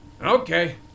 Okay